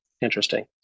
interesting